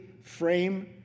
frame